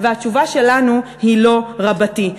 והתשובה שלנו היא לא רבתי.